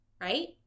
right